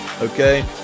okay